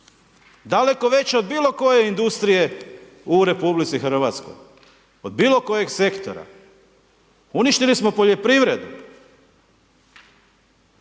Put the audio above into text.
daleko veće od bilo koje industrije u Republici Hrvatskoj, od bilo kojeg sektora. Uništili smo poljoprivredu.